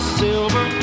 silver